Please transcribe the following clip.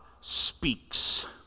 speaks